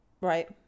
Right